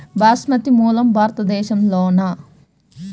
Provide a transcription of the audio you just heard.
బాస్మతి మూలం భారతదేశంలోనా?